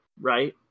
right